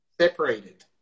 Separated